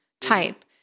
type